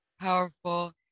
powerful